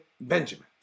Benjamin